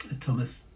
Thomas